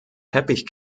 teppich